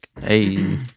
Hey